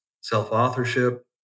self-authorship